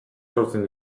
sortzen